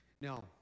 Now